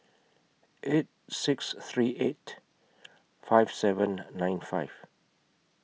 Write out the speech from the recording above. eight six three eight five seven nine five